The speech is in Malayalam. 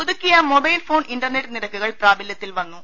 പുതുക്കിയ മൊബൈൽ ഫോൺ ഇന്റർനെറ്റ് നിരക്കുകൾ പ്രാബലൃത്തിൽ വന്നു